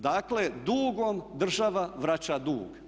Dakle dugom država vraća dug.